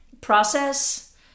process